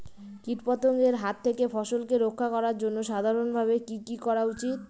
কীটপতঙ্গের হাত থেকে ফসলকে রক্ষা করার জন্য সাধারণভাবে কি কি করা উচিৎ?